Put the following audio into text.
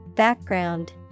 Background